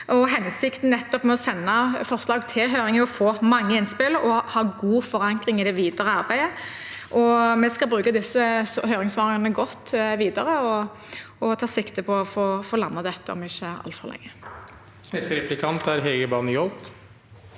Hensikten med å sende forslag til høring er å få mange innspill og ha god forankring i det videre arbeidet. Vi skal bruke disse høringssvarene godt videre og tar sikte på å få landet dette om ikke altfor lenge. Hege Bae Nyholt